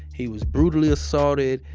he was brutally assaulted.